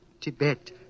Tibet